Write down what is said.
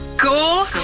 Go